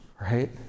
Right